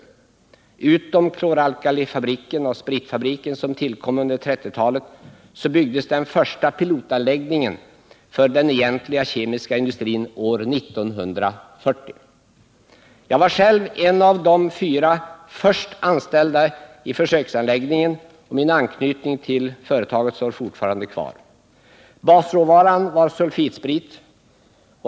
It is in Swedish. Förutom kloralkalifabriken och spritfabriken, som tillkom på 1930 talet, så byggdes den första pilotanläggningen för den egentliga kemiska industrin år 1940. Jag var själv en av de fyra först anställda vid den försöksanläggningen, och jag har fortfarande anknytning till företaget. Basråvaran var sulfitsprit.